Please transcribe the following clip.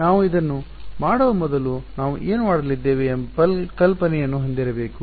ನಾವು ಅದನ್ನು ಮಾಡುವ ಮೊದಲು ನಾವು ಏನು ಮಾಡಲಿದ್ದೇವೆ ಎಂಬ ಕಲ್ಪನೆಯನ್ನು ಹೊಂದಿರಬೇಕು